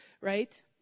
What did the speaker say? Right